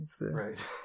Right